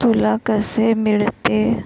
तुला कसे मिळते